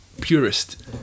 purist